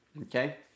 Okay